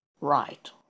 Right